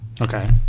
Okay